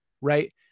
right